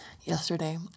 Yesterday